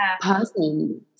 person